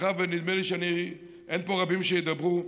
שמאחר שנדמה לי שאין פה רבים שידברו,